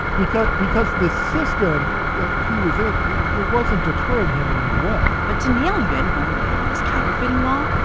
because because the system that he was in it wasn't deterring him in any way but to nail yuan hongwei on this counterfeiting law,